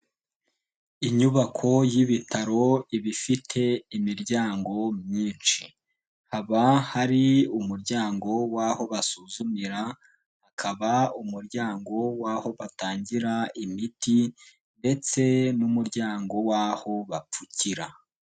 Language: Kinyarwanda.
Inyubako y'ibitaro iba ifite imiryango myinshi: haba hari umuryango w'aho basuzumira, hakaba umuryango w'aho batangira imiti ndetse n'umuryango w'aho bapfukira.